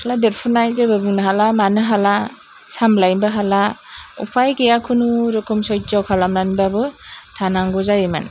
सिख्ला देरफुनाय जेबो बुंनो हाला मानो हाला सामलायनोबो हाला उफाय गैया खुनुरुखुम सैज्य खालामनानै बाबो थानांगौ जायोमोन